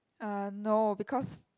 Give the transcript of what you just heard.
uh no because